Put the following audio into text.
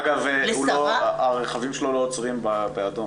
אגב, הרכבים שלו לא עוצרים באדום.